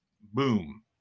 boom